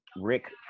Rick